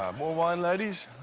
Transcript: ah more wine, ladies?